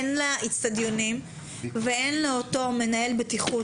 אין לאצטדיונים ואין לאותו מנהל בטיחות